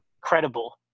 credible